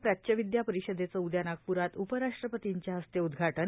प्राच्यविद्या परिषदेचं उद्या नागपुरात उपराष्ट्रपर्तीच्या हस्ते उद्घाटन